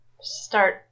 Start